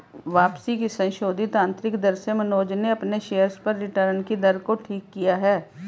वापसी की संशोधित आंतरिक दर से मनोज ने अपने शेयर्स पर रिटर्न कि दर को ठीक किया है